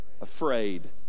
Afraid